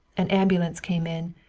an ambulance came in,